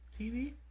TV